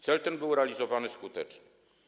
Cel ten był realizowany skutecznie.